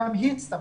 גם היא הצטמצמה.